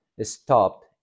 stopped